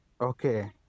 Okay